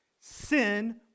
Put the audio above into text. Sin